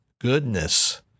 goodness